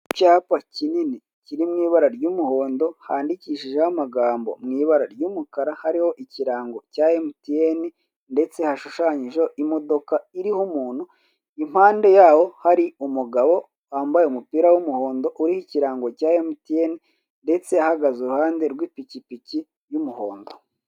Icyapa kinini kiri mu ibara ry'umuhondo handikishijeho amagambo mu ibara y'umukara haraiho ikirango cya emutiyene ndetse hakaba hashushanyijeho imodoka iriho umuntu impande yayo hari umugabo, wambaye umupira w'umuhondo uriho ikirango cya emutiyene, ndetse ahagaze iruhande rw'ipikipiki y'umuhondo.